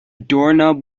doorknob